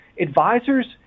advisors